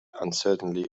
uncertainly